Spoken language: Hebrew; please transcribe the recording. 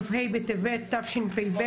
כ"ה בטבת תשפ"ב.